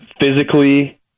physically